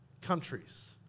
Countries